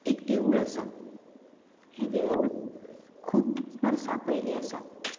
एक देवूळ आसा हें देवूळ खूब वर्सां पयलीं आसा